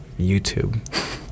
YouTube